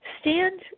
Stand